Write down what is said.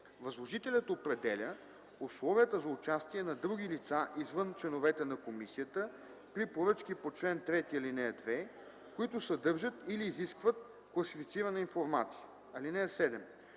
Възложителят определя условията за участие на други лица извън членовете на комисията при поръчки по чл. 3, ал. 2, които съдържат или изискват класифицирана информация. (7)